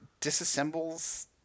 disassembles